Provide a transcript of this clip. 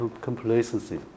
complacency